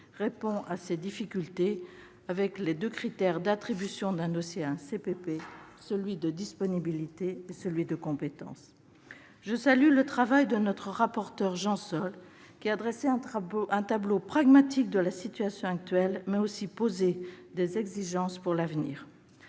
répond à ces difficultés en mettant en place ces deux critères d'attribution d'un dossier à un CPP : la disponibilité et la compétence. Je salue le travail de notre rapporteur, Jean Sol, qui a dressé un tableau pragmatique de la situation actuelle, mais aussi posé des exigences pour l'avenir.